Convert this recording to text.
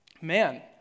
man